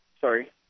Sorry